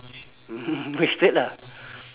wasted lah